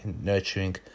nurturing